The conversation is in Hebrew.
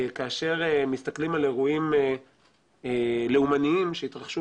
כאשר מתסכלים על אירועים לאומניים שהתרחשו